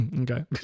Okay